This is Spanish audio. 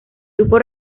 grupo